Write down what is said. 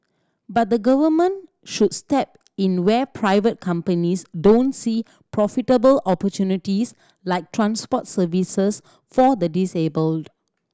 but the Government should step in where private companies don't see profitable opportunities like transport services for the disabled